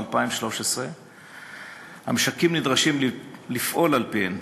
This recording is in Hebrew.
2013. המשקים נדרשים לפעול על-פיהן.